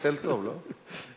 מצלצל טוב, לא?